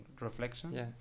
Reflections